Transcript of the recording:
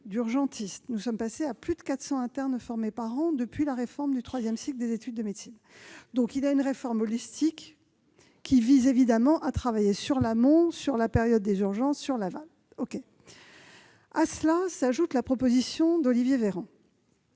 d'urgentistes. Nous sommes passés à plus de 400 internes formés par an depuis la réforme du troisième cycle des études de médecine. La réforme holistique vise donc à travailler sur l'amont, sur les urgences elles-mêmes et sur l'aval. À cela s'ajoute la proposition d'Olivier Véran.